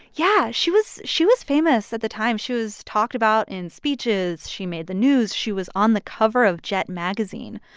yeah. she was she was famous at the time. she was talked about in speeches. she made the news. she was on the cover of jet magazine.